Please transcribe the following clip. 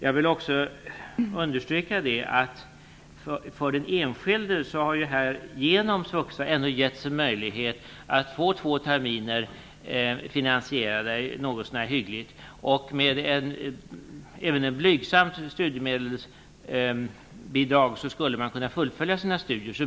Jag vill också understryka att det för den enskilde genom SVUXA ändå har getts en möjlighet att få två terminer finansierade något så när hyggligt. Med även ett blygsamt studiemedelsbidrag skulle man kunna fullfölja sina studier.